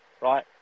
right